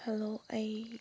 hello ꯑꯩ